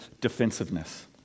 defensiveness